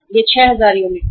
यह 6000 यूनिट है